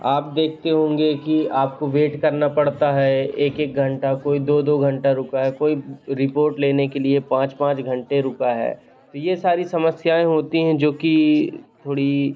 जैसे आप देखते होंगे कि आपको वेट करना पड़ता है एक एक घंटा कोई दो दो घंटा रुका है कोई रिपोर्ट लेने के लिए पाँच पाँच घंटे रुका है तो ये सारी समस्याएँ होती हैं जो कि थोड़ी